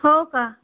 हो का